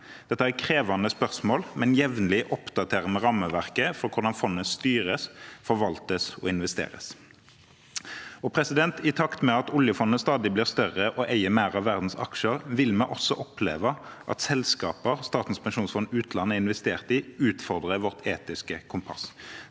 Dette er krevende spørsmål, men vi oppdaterer jevnlig rammeverket for hvordan fondet styres, forvaltes og investeres. I takt med at oljefondet stadig blir større og eier mer av verdens aksjer, vil vi også oppleve at selskaper som Statens pensjonsfond utland er investert i, utfordrer vårt etiske kompass.